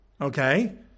Okay